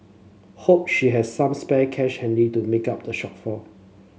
hope she has some spare cash handy to make up the shortfall